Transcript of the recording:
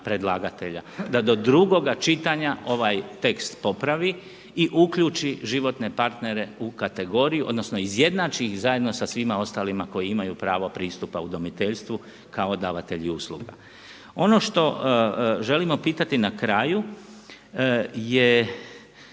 predlagatelja da do drugoga čitanja ovaj tekst popravi i uključi životne partnere u kategoriju odnosno izjednači ih zajedno sa svima ostalima koji imaju prav pristupa udomiteljstvu kao davatelju usluga. Ono što želimo pitati na kraju je